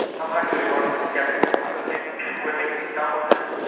i'm actually one of the sceptical ones. i think we are meeting some of them.